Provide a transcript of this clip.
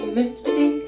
mercy